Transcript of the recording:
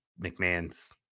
McMahon's